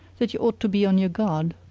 that you ought to be on your guard.